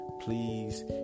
Please